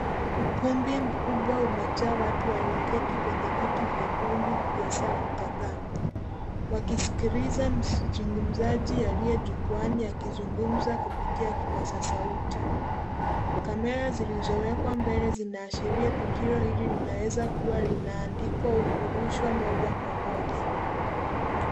Ukumbi mkubwa umejaa watu walioketi kwenye viti vyekundu vya safu kadhaa wakisikiliza mzungumzaji aliye jukwani akizungumza kupitia kipaza sauti. Kamera zilizowekwa mbele zinaashiria tukio hili linaweza kuwa linaandikwa kurushwa moja kwa moja.